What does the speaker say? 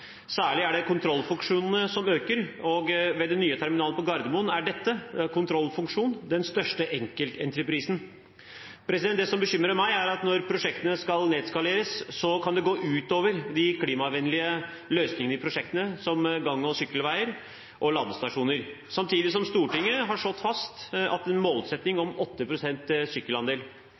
Særlig er det kontrollfunksjonene som øker, og ved den nye terminalen på Gardermoen er dette, kontrollfunksjonen, den største enkeltentreprisen. Det som bekymrer meg, er at når prosjektene skal nedskaleres, kan det gå ut over de klimavennlige løsningene i prosjektene, som gang- og sykkelveier og ladestasjoner, samtidig som at Stortinget har slått fast en målsetting om en sykkelandel